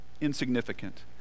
insignificant